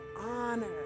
honor